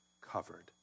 covered